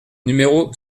numéro